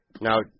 now